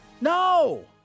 No